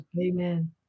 Amen